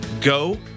go